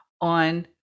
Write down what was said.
on